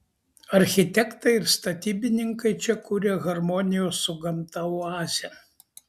architektai ir statybininkai čia kuria harmonijos su gamta oazę